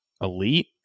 Elite